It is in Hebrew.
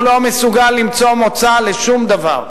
הוא לא מסוגל למצוא מוצא לשום דבר,